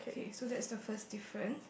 okay that's the first difference